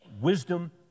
wisdom